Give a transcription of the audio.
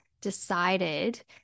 decided